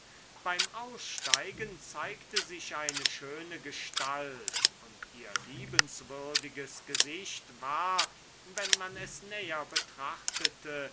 beim aussteigen zeigte sich eine schöne gestalt und ihr liebenswürdiges gesicht war wenn man es näher betrachtete